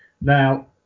Now